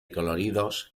coloridos